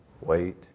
wait